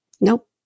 Nope